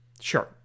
Sure